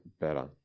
better